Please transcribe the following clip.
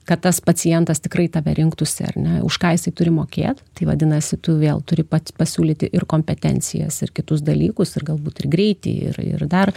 kad tas pacientas tikrai tave rinktųsi ar ne už ką jisai turi mokėt tai vadinasi tu vėl turi pats pasiūlyti ir kompetencijas ir kitus dalykus ir galbūt ir greitį ir ir dar